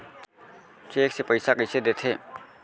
Cheque से पइसा कइसे देथे?